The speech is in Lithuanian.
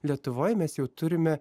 lietuvoj mes jau turime